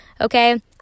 Okay